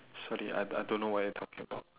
sorry I I don't know what you're talking about